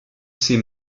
ces